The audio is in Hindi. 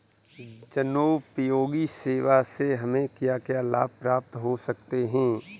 जनोपयोगी सेवा से हमें क्या क्या लाभ प्राप्त हो सकते हैं?